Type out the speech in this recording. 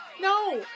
No